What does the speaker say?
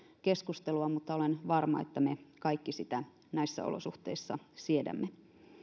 keskustelua mutta olen varma että me kaikki sitä näissä olosuhteissa siedämme